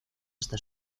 hasta